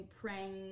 praying